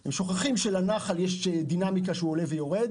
והם שוכחים שלנחל יש דינמיקה שהוא עולה ויורד.